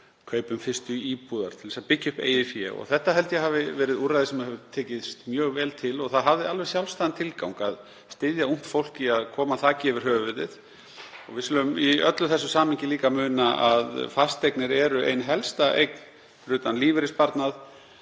kaupum fyrstu íbúðar til að byggja upp eigið fé. Þetta held ég að hafi verið úrræði sem hefur tekist mjög vel. Það hafði þann sjálfstæða tilgang að styðja ungt fólk í því að koma sér þaki yfir höfuðið. Við skulum í öllu þessu samhengi líka muna að fasteignir eru ein helsta eign fyrir utan lífeyrissparnað